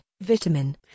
vitamin